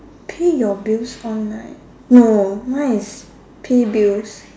pay your bills online no mine is pay bills